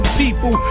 people